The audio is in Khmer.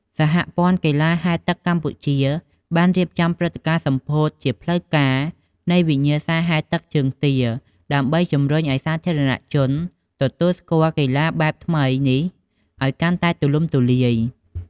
សហព័ន្ធកីឡាហែលទឹកកម្ពុជាបានរៀបចំព្រឹត្តិការណ៍សម្ពោធជាផ្លូវការនៃវិញ្ញាសាហែលទឹកជើងទា ដើម្បីជម្រុញឲ្យសាធារណជនទទួលស្គាល់កីឡាបែបថ្មីនេះឲ្យកាន់តែទូលំទូលាយ។